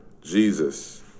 Jesus